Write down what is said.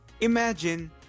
Imagine